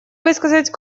высказать